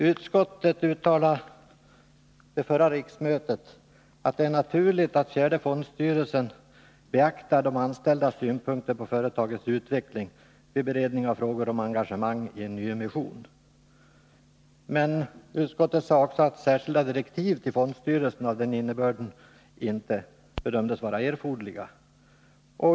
Utskottet uttalade vid förra riksmötet att det är naturligt att fjärde fondstyrelsen beaktar de anställdas synpunkter på företagets utveckling vid beredning av frågor om engagemang i en nyemission, men utskottet sade också att särskilda direktiv till fondstyrelsen av den innebörden inte bedömdes vara erforderliga.